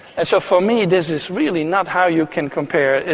and so for me this is really not how you can compare. and